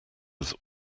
was